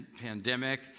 pandemic